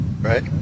right